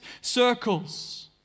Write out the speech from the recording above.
circles